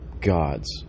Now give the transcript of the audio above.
gods